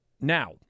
Now